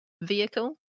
vehicle